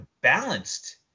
balanced